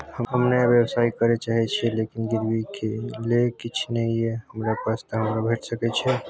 हम नया व्यवसाय करै चाहे छिये लेकिन गिरवी ले किछ नय ये हमरा पास त हमरा भेट सकै छै?